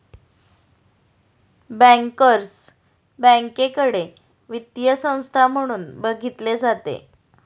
bankers बँकेकडे वित्तीय संस्था म्हणून बघितले जाते